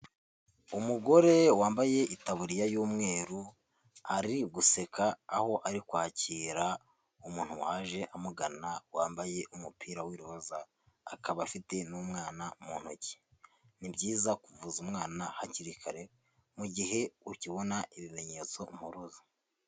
Umugore wambaye itaburiya y'umweru ari guseka, aho ari kwakira umuntu waje amugana wambaye umupira w'iroza, akaba afite n'umwana mu ntoki, ni byiza kuvuza umwana hakiri kare mu mugihe ukibona ibimenyetso mpuruza.